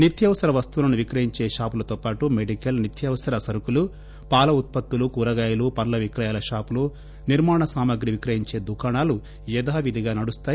నిత్యావసర వస్తువులను విక్రయించే షాపులతో పాటు మెడికల్ నిత్యావసర సరకులు పాల ఉత్పత్తులు కూర గాయలు పండ్ల విక్రయాల షాపులు నిర్మాణ సామగ్రి విక్రయించే దుకాణాలు యథావిధిగా నడుస్తాయి